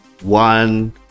one